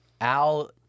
Al